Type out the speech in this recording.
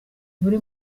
buri